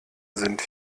sind